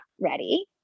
ready